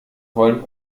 wollen